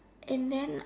and then